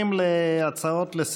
מה מביא אותנו להציב גדרות בין האחד